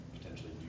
potentially